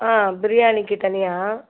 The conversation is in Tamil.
ஆ பிரியாணிக்கு தனியாக